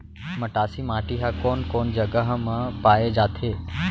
मटासी माटी हा कोन कोन जगह मा पाये जाथे?